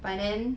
but then